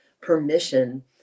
permission